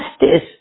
justice